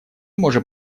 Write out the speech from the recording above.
можем